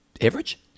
average